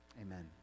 Amen